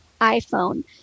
iPhone